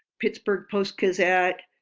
pittsburgh post-gazette,